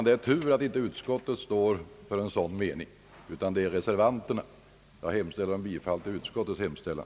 Det är tur att inte utskottet står för en sådan mening utan att det är reservanterna som gör det. Herr talman! Jag yrkar bifall till utskottets hemställan.